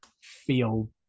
feel